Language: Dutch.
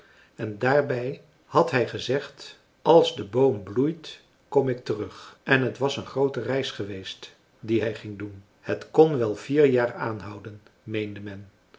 en daarbij had hij gezegd als de boom bloeit kom ik terug en het was een groote reis geweest die hij ging doen het kon wel vier jaar aanhouden meende